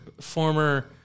former